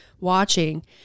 watching